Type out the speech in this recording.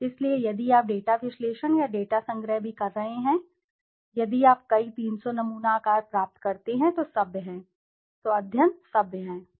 इसलिए यदि आप डेटा विश्लेषण या डेटा संग्रह भी कर रहे हैं यदि आप कई 300 नमूना आकार प्राप्त करते हैं तो सभ्य है अध्ययन सभ्य है